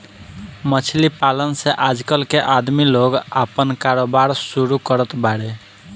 मछली पालन से आजकल के आदमी लोग आपन कारोबार शुरू करत बाड़े